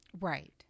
Right